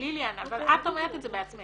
ליליאן, אבל את אומרת את זה בעצמך.